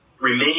remain